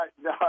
No